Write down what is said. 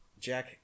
Jack